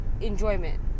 enjoyment